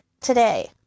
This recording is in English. today